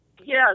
Yes